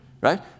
right